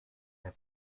der